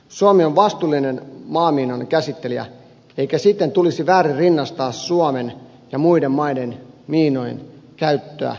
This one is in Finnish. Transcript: suomi on vastuullinen maamiinan käsittelijä eikä siten tulisi väärin rinnastaa suomen ja muiden maiden miinojen käyttöä keskenään